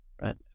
right